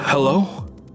Hello